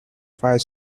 five